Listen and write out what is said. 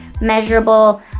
measurable